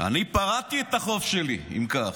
אני פרעתי את החוב שלי, אם כך.